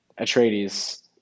Atreides